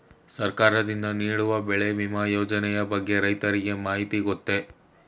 ಸರ್ಕಾರದಿಂದ ನೀಡುವ ಬೆಳೆ ವಿಮಾ ಯೋಜನೆಯ ಬಗ್ಗೆ ರೈತರಿಗೆ ಮಾಹಿತಿ ಗೊತ್ತೇ?